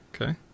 Okay